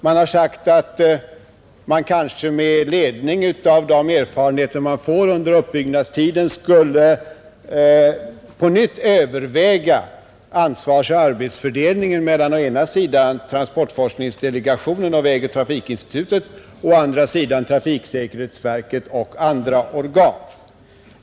Det har sagts att man kanske med ledning av de erfarenheter man får under uppbyggnadstiden skulle på nytt överväga ansvarsoch arbetsfördelningen mellan å ena sidan transportforskningsdelegationen och vägoch trafikinstitutet och å andra sidan trafiksäkerhetsverket och andra organ.